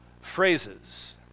phrases